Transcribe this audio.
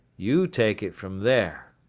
you take it from there.